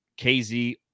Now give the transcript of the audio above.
KZ